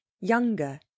younger